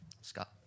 Scott